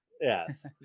Yes